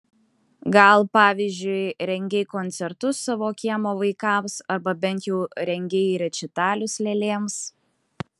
gal pavyzdžiui rengei koncertus savo kiemo vaikams arba bent jau rengei rečitalius lėlėms